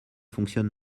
fonctionne